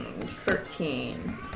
Thirteen